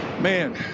Man